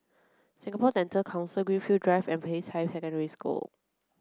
Singapore Dental Council Greenfield Drive and Peicai Secondary School